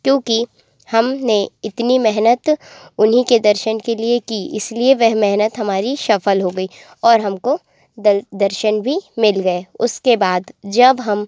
क्योंकि हमने इतनी मेहनत उन्हीं के दर्शन के लिए की इसलिए वह मेहनत हमारी सफल हो गई और हमको दर्शन भी मिल गए उसके बाद जब हम